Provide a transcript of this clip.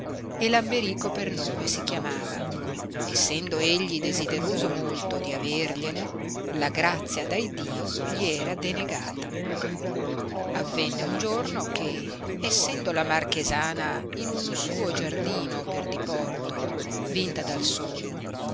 e lamberico per nome si chiamava essendo egli desideroso molto di avergliene la grazia da iddio gli era denegata avenne un giorno che essendo la marchesana in uno suo giardino per diporto vinta dal sonno